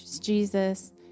Jesus